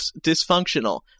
dysfunctional